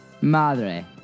Madre